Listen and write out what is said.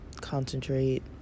concentrate